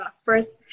first